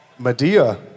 Madea